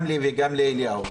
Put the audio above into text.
גם לי וגם לאליהו,